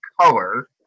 color